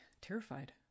terrified